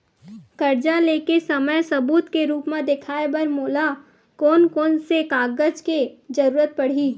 कर्जा ले के समय सबूत के रूप मा देखाय बर मोला कोन कोन से कागज के जरुरत पड़ही?